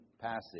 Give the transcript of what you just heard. passage